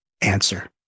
answer